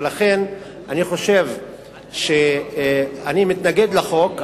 לכן אני מתנגד לחוק,